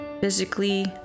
physically